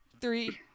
three